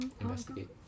investigate